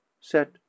Set